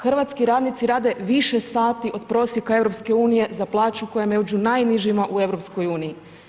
Hrvatski radnici rade više sati od prosjeka EU za plaću koja je među najnižima u EU.